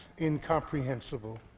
incomprehensible